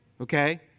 Okay